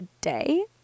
day